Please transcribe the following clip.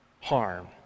harm